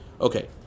Okay